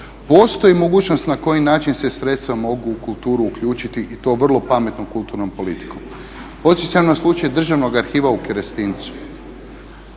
Postoji mogućnost na koji način se sredstva mogu u kulturu uključiti i to vrlo pametnom kulturnom politikom. Podsjećam na slučaj Državnog arhiva u Kerestincu,